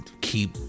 keep